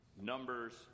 Numbers